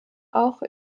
auch